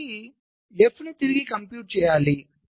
కాబట్టి F ను తిరిగి కంప్యూట్ చేయాలి